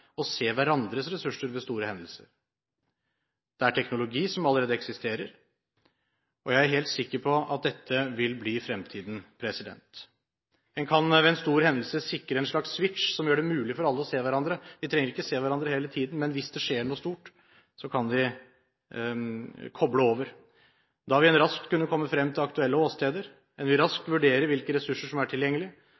å se hverandres ressurser ved store hendelser. Det er en teknologi som allerede eksisterer, og jeg er helt sikker på at dette vil bli fremtiden. En kan ved en stor hendelse sikre en slags «switch» som gjør det mulig for alle å se hverandre. En trenger ikke å se hverandre hele tiden, men hvis det skjer noe stort, kan en koble over. Da vil en raskt kunne komme frem til aktuelle åsteder, en vil raskt